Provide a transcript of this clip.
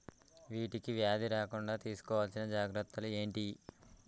వీటికి వ్యాధి రాకుండా తీసుకోవాల్సిన జాగ్రత్తలు ఏంటియి?